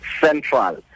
central